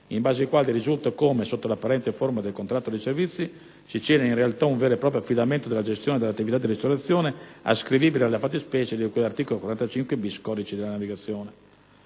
in base ai quali risulta come, sotto l'apparente forma del contratto di servizi, si celi in realtà un vero e proprio affidamento della gestione dell'attività di ristorazione, ascrivibile alla fattispecie di cui all'articolo 45-*bis* del codice della navigazione.